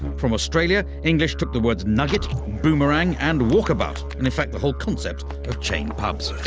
from australia, english took the words nugget boomerang and walkabout and, in fact, the whole concept of chained pubs.